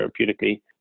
therapeutically